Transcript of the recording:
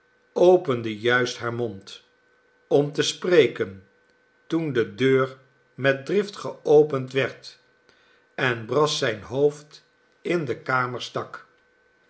opende juist haar mond om te spreken toen de deur met drift geopend werd en brass zijn hoofd in de kamer stak